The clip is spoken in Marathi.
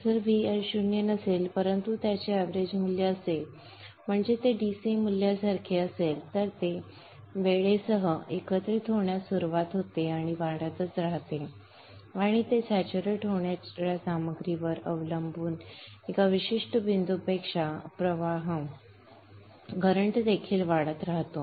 जर VL 0 नसेल परंतु त्याचे एवरेज मूल्य असेल म्हणजे ते DC मूल्यासारखे असेल तर ते वेळेसह एकत्रित होण्यास सुरवात होते आणि वाढतच राहते आणि ते स्टॅच्यूरेट होणार्या सामग्रीवर अवलंबून एका विशिष्ट बिंदूपेक्षा प्रवाह देखील वाढत राहतो